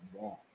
wrong